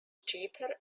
cheaper